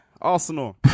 Arsenal